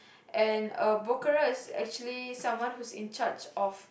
and broker is actually someone who is in charge of